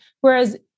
whereas